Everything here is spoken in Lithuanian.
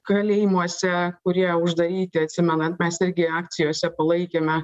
kalėjimuose kurie uždaryti atsimenat mes irgi akcijose palaikėme